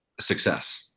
success